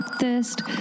thirst